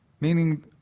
Meaning